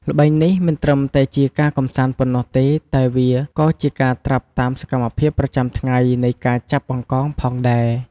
ល្បែងនេះមិនត្រឹមតែជាការកម្សាន្តប៉ុណ្ណោះទេ តែវាក៏ជាការត្រាប់តាមសកម្មភាពប្រចាំថ្ងៃនៃការចាប់បង្កងផងដែរ។